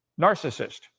Narcissist